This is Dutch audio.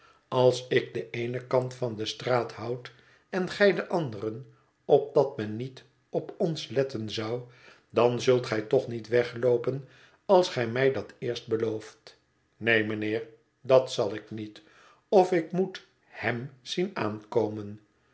als ik den eenen kant van de straat houd en gij den anderen opdat men niet op ons letten zou dan zult gij toch niet wegloopen als gij mij dat eerst belooft neen mijnheer dat zal ik niet öf ik moet hem zien aankomen